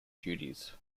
duties